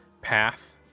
path